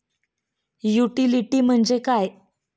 Utility म्हणजे काय?